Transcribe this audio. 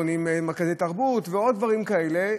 בונים מרכזי תרבות ועוד דברים כאלה.